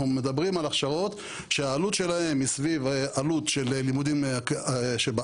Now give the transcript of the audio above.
אנחנו מדברים על הכשרות שהעלות שלהן היא סביב עלות של לימודים אקדמאיים,